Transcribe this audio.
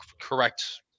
correct